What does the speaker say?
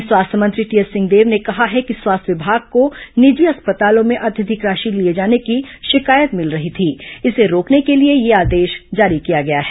वहीं स्वास्थ्य मंत्री टीएस सिंहदेव ने कहा है कि स्वास्थ्य विभाग को निजी अस्पतालों में अत्यधिक राशि लिए जाने की शिकायत मिल रही थी इसे रोकने के लिए यह आदेश जारी किया गया था